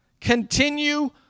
Continue